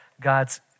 God's